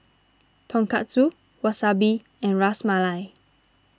Tonkatsu Wasabi and Ras Malai